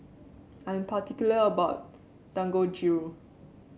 I am particular about Dangojiru